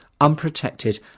unprotected